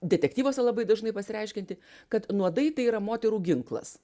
detektyvuose labai dažnai pasireiškiantį kad nuodai tai yra moterų ginklas